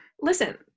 Listen